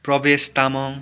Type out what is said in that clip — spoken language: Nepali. प्रवेश तामाङ